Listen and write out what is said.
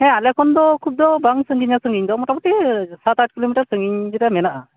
ᱦᱟᱸ ᱟᱞᱮᱠᱷᱚᱱ ᱫᱚ ᱠᱷᱩᱵ ᱫᱚ ᱵᱟᱝ ᱥᱟᱺᱜᱤᱧᱟ ᱥᱟᱺᱜᱤᱧ ᱫᱚ ᱢᱚᱴᱟᱢᱚᱴᱤ ᱥᱟᱛ ᱟᱴ ᱠᱤᱞᱚᱢᱤᱴᱟᱨ ᱥᱟᱺᱜᱤᱧ ᱨᱮ ᱢᱮᱱᱟᱜᱼᱟ